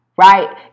right